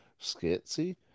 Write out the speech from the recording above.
skitsy